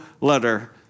letter